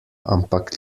ampak